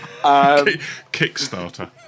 Kickstarter